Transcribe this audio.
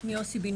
שמי אוסי בנימין,